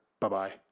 Bye-bye